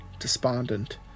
despondent